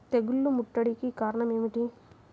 తెగుళ్ల ముట్టడికి కారణం ఏమిటి?